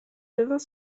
devint